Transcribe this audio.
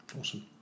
Awesome